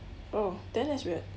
oh then that's weird